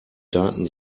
daten